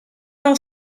our